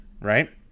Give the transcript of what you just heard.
right